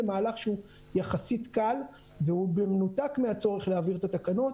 זה מהלך שהוא יחסית קל והוא במנותק מהצורך להעביר את התקנות.